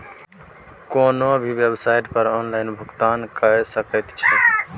कोनो भी बेवसाइट पर ऑनलाइन भुगतान कए सकैत छी